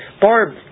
Barb